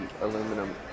aluminum